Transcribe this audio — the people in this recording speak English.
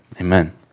Amen